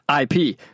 IP